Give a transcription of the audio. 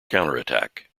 counterattack